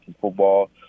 football